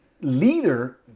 leader